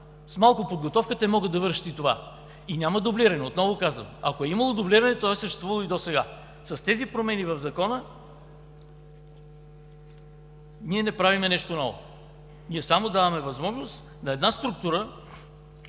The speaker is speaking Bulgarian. С малко подготовка те могат да вършат и това. И няма дублиране. Отново казвам, ако е имало дублиране, то е съществувало и досега. С тези промени в Закона не правим нещо ново. Ние само даваме възможност на една структура,